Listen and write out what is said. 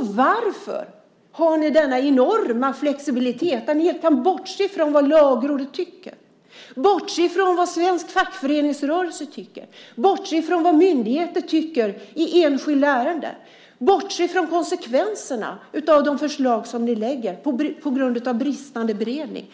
Varför har ni en sådan enorm flexibilitet att ni helt kan bortse från vad Lagrådet tycker, bortse från vad svensk fackföreningsrörelse tycker, bortse från vad myndigheter tycker i enskilda ärenden, bortse från konsekvenserna av de förslag som ni lägger fram på grund av bristande beredning?